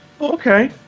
Okay